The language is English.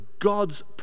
God's